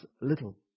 little